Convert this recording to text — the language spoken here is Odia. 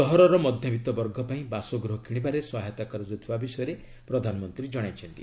ସହରର ମଧ୍ୟବିତ୍ତବର୍ଗ ପାଇଁ ବାସଗୃହ କିଶିବାରେ ସହାୟତା କରାଯାଉଥିବା ବିଷୟରେ ପ୍ରଧାନମନ୍ତ୍ରୀ ଜଣାଇଛନ୍ତି